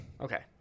Okay